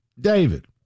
David